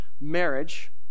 marriage